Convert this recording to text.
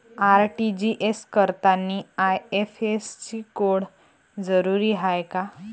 RTGS करतांनी IFSC code जरुरीचा हाय का?